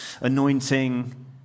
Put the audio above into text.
anointing